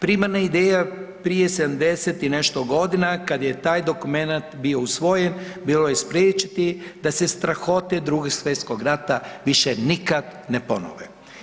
Primarnih ideja prije 70 i nešto godina kad je taj dokumenat bio usvojen bilo je spriječiti da se strahote Drugog svjetskog rata više nikad ne ponove.